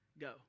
go